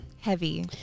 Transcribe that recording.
Heavy